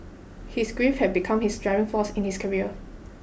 his grief had become his driving force in his career